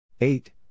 Eight